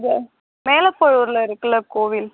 இங்கே மேலப்பலூரில் இருக்குல்ல கோவில்